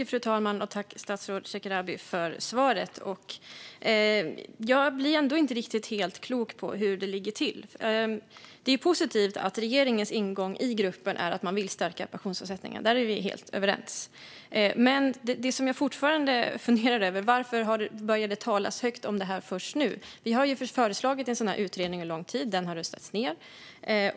Fru talman! Jag tackar statsrådet Shekarabi för svaret. Jag blir ändå inte helt klok på hur det ligger till. Det är positivt att regeringens ingång i gruppen är att man vill stärka pensionsavsättningarna. Där är vi helt överens. Men det som jag fortfarande funderar över är: Varför börjar det talas högt om det här först nu? Vi har föreslagit en sådan här utredning under lång tid. Förslaget har röstats ned.